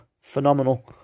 Phenomenal